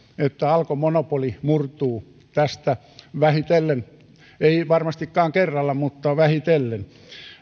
että alkon monopoli murtuu tästä vähitellen ei varmastikaan kerralla mutta vähitellen